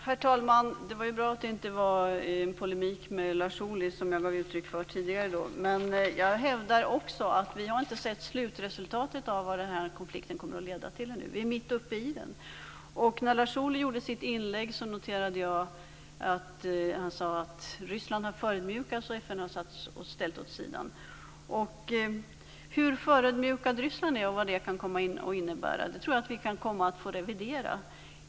Herr talman! Det är bra att det inte finns anledning till polemik mellan Lars Ohly och mig, som jag gav uttryck för tidigare. Men jag hävdar också att vi ännu inte har sett slutresultatet av den här konflikten - vi är mitt uppe i den. När Lars Ohly gjorde sitt inlägg noterade jag att han sade att Ryssland har förödmjukats och att FN har ställts åt sidan. Hur förödmjukat Ryssland är och vad det kan komma att innebära tror jag att vi kan få revidera.